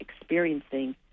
experiencing